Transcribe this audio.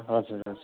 हजुर हस्